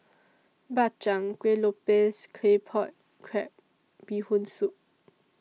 Bak Chang Kueh Lopes Claypot Crab Bee Hoon Soup